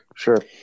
Sure